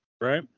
Right